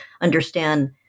understand